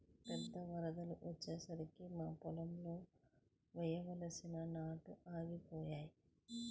పెద్ద వరదలు వచ్చేసరికి మా పొలంలో వేయాల్సిన నాట్లు ఆగిపోయాయి